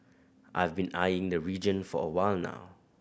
I've been eyeing the region for a while now